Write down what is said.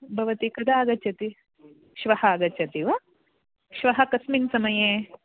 भवती कदा आगच्छति श्वः आगच्छति वा श्वः कस्मिन् समये